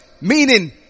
Meaning